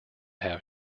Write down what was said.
have